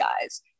guys